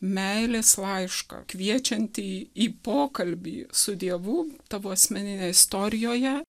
meilės laišką kviečiantį į pokalbį su dievu tavo asmeninėj istorijoje